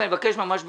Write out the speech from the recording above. ואני מבקש ממש בקצרה.